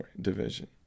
division